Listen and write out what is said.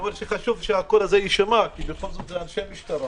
חשוב שהקול הזה יישמע כי בכל זאת אלו אנשי משטרה